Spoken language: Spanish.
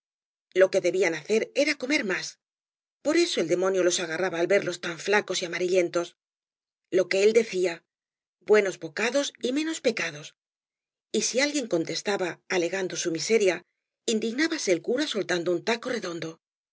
lo que debían hacer era comer más por eso el demonio los agarraba al verlos tan flacos y amarillentos lo que él decía buenos bocados y menos pecados y si alguien contestaba alegando bu miseria indignábase el cura soltando un taco redondo